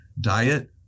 diet